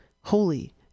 holy